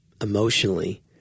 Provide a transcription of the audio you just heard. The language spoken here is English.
emotionally